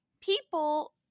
People